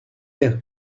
l’air